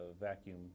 vacuum